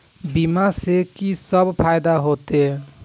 बीमा से की सब फायदा होते?